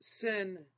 sin